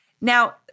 Now